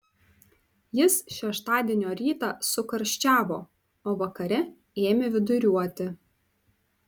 jis šeštadienio rytą sukarščiavo o vakare ėmė viduriuoti